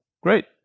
Great